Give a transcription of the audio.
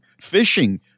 Fishing